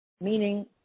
Meaning